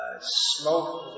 smoke